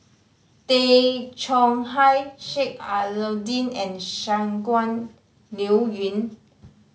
Tay Chong Hai Sheik Alau'ddin and Shangguan Liuyun